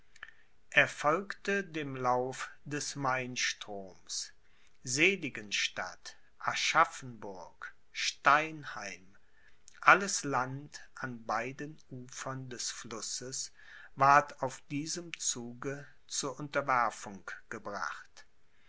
er folgte dem lauf des mainstroms seligenstadt aschaffenburg steinheim alles land an beiden ufern des flusses ward auf diesem zuge zur unterwerfung gebracht